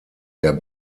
der